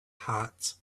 hearts